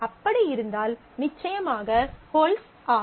அப்படி இருந்தால் நிச்சயமாக ஹோல்ட்ஸ் ஆகும்